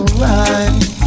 right